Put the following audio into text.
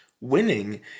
winning